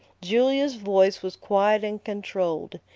julia's voice was quiet and controlled,